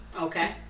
Okay